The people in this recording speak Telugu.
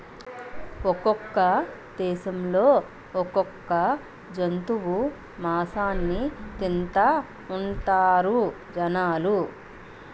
ఒక్కొక్క దేశంలో ఒక్కొక్క జంతువు మాసాన్ని తింతాఉంటారు జనాలు